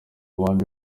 bandi